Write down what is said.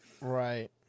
Right